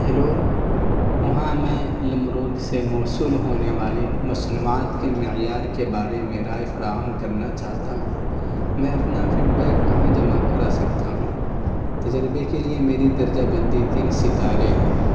hello وہاں میں لم روڈ سے موصول ہونے والی مصنوعات کے معیار کے بارے میں رائے فراہم کرنا چاہتا ہوں میں اپنا فیڈ بیک کہاں جمع کرا سکتا ہوں تجربے کے لیے میری درجہ بندی تین ستارے ہیں